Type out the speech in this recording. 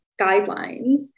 guidelines